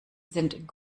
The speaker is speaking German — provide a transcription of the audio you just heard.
sind